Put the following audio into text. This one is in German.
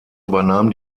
übernahm